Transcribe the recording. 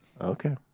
Okay